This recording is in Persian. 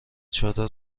چادر